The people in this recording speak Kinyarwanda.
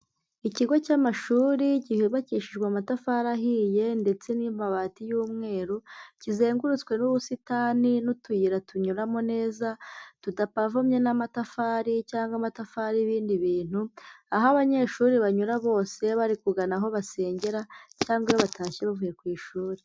Ikigo cy'amashuri gihubakishijwe amatafari ahiye ndetse n'amabati y'umweru, kizengurutswe n'ubusitani n'utuyira tunyuramo neza, tudapavomye n'amatafari cyangwa amatafari y'ibindi bintu, aho abanyeshuri banyura bose bari kugana aho basengera, cyangwa iyo batashye bavuye ku ishuri.